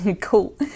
Cool